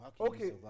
Okay